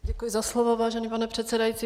Děkuji za slovo, vážený pane předsedající.